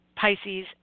Pisces